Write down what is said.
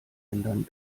ändern